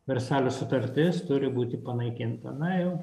versalio sutartis turi būti panaikinta na jau